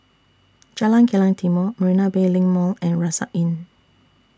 Jalan Kilang Timor Marina Bay LINK Mall and Rucksack Inn